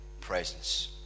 presence